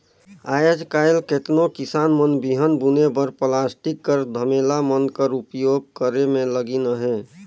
आएज काएल केतनो किसान मन बीहन बुने बर पलास्टिक कर धमेला मन कर उपियोग करे मे लगिन अहे